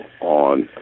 on